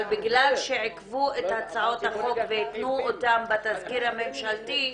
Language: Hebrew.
אבל בגלל שעיכבו את הצעות החוק והתנו אותן בתזכיר הממשלתי,